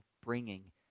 bringing